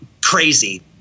crazy